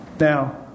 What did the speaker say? Now